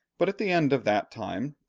but at the end of that time,